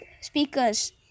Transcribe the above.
speakers